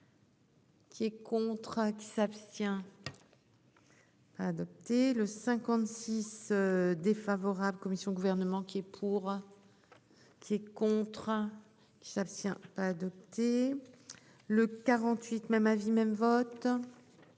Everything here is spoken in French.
Qui est contre qui s'abstient. Adopté le 56 défavorable commission gouvernement qui est pour. Qui est contraint. Qui s'abstient pas adopté. Le 48, même avis même vote.